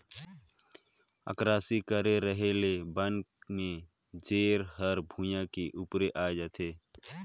अकरासी करे रहें ले बन में जेर हर भुइयां के उपरे आय जाथे